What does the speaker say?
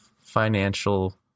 financial